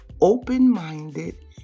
open-minded